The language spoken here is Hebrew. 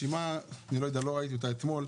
הרשימה, אני לא יודע, אני לא ראיתי אותה אתמול,